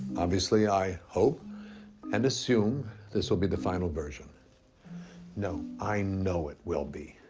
obviously i hope and assume this will be the final version no, i know it will be.